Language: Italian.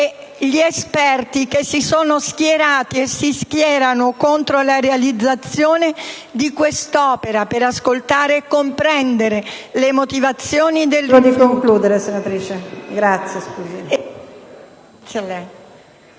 gli esperti che si sono schierati e si schierano contro la realizzazione di quest'opera, per ascoltare e comprendere le motivazioni del